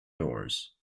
doors